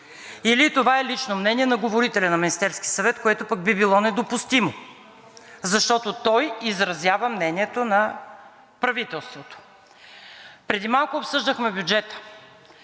или това е лично мнение на говорителя на Министерския съвет, което би било недопустимо, защото той изразява мнението на правителството?! Преди малко обсъждахме бюджета.